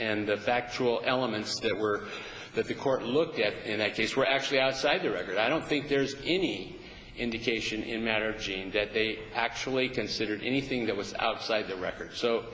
factual elements that were that the court looked at in that case were actually outside the record i don't think there's any indication in matter jeanne that they actually considered anything that was outside the record so